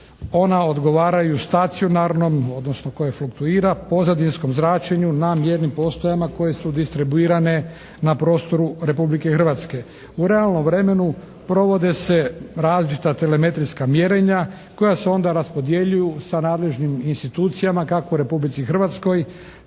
ona odgovaraju stacionarnom, odnosno koje fluktuira pozadinskom zračenju na mjernim postajama koje su distribuirane na prostoru Republike Hrvatske. U realnom vremenu provode se telemetrijska mjerenja koja se onda raspodjeljuju sa nadležnim institucijama kako u Republici Hrvatskoj